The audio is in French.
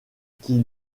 qui